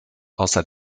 außer